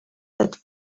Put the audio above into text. that